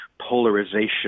polarization